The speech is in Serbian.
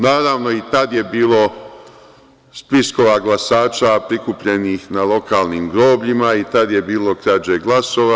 Naravno, i tad je bilo spiskova glasača prikupljenih na lokalnim grobljima i tad je bilo krađe glasova.